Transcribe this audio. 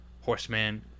horseman